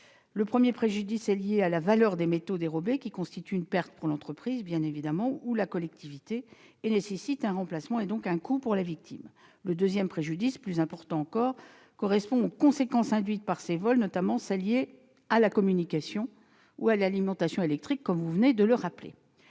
Le premier préjudice est lié à la valeur des métaux dérobés. Cela constitue une perte pour l'entreprise ou la collectivité. Leur nécessaire remplacement est donc un coût pour la victime. Le second préjudice, plus important encore, correspond aux conséquences induites par ces vols, notamment celles liées à la communication ou à l'alimentation électrique, comme vous venez de le rappeler.